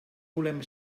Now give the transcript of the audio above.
volem